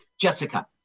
Jessica